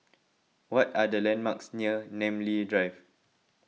what are the landmarks near Namly Drive